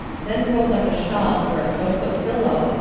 then rolled up a shawl for a sofa-pillow,